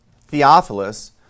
Theophilus